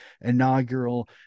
inaugural